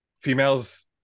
females